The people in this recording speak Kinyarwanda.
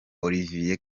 olivier